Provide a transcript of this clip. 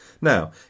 Now